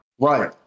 Right